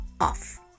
off